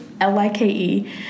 L-I-K-E